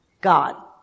God